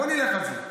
בוא נלך על זה.